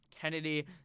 Kennedy